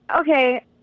Okay